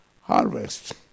harvest